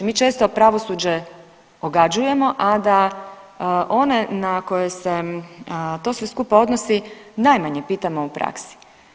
Mi često pravosuđe ogađujemo, a da one na koje to sve skupa odnosi najmanje pitamo u praksi.